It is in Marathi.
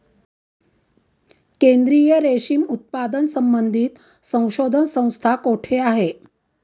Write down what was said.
केंद्रीय रेशीम उत्पादन संबंधित संशोधन संस्था कोठे आहे?